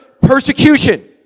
persecution